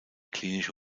klinische